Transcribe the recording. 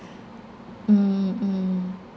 mm mm